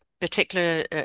particular